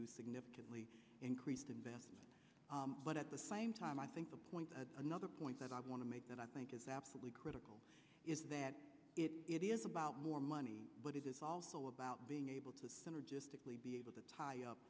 do significantly increased investment but at the same time i think the point another point that i want to make that i think is absolutely critical is that it is about more money but it is also about being able to synergistically be able to tie up